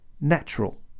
natural